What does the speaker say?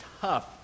tough